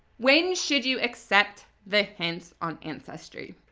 when should you accept the hints on ancestry?